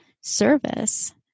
service